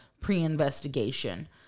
pre-investigation